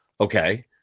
okay